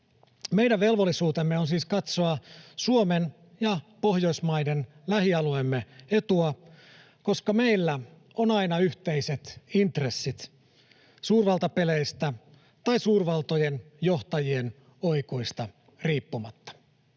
Meidän velvollisuutemme on siis katsoa Suomen ja Pohjoismaiden, lähialueemme, etua, koska meillä on aina yhteiset intressit suurvaltapeleistä tai suurvaltojen johtajien oikuista riippumatta.